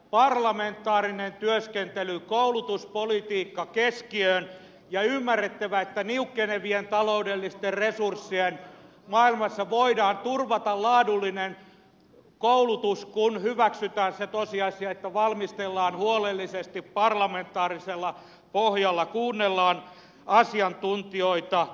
parlamentaarinen työskentely koulutuspolitiikka keskiöön ja on ymmärrettävä että niukkenevien taloudellisten resurssien maailmassa voidaan turvata laadullinen koulutus kun hyväksytään se tosiasia että valmistellaan asiat huolellisesti parlamentaarisella pohjalla kuunnellaan asiantuntijoita